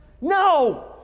No